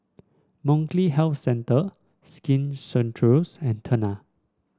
Molnylcke Health Centre Skin Ceuticals and Tena